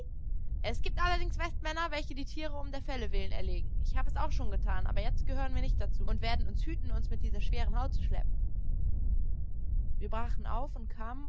es gibt allerdings westmänner welche die tiere um der felle willen erlegen ich habe es auch schon getan aber jetzt gehören wir nicht dazu und werden uns hüten uns mit dieser schweren haut zu schleppen wir brachen auf und kamen